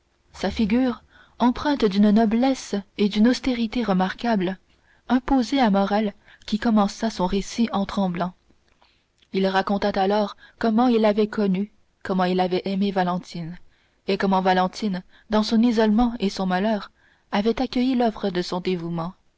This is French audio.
sa figure empreinte d'une noblesse et d'une austérité remarquables imposait à morrel qui commença son récit en tremblant il raconta alors comment il avait connu comment il avait aimé valentine et comment valentine dans son isolement et son malheur avait accueilli l'offre de son dévouement